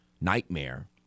nightmare